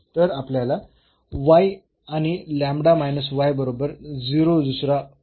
तर आपल्याला आणि बरोबर दुसरा पॉईंट मिळेल